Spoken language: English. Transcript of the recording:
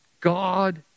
God